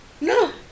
No